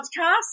podcast